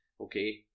Okay